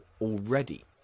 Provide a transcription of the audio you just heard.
already